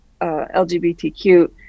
LGBTQ